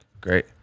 Great